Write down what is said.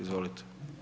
Izvolite.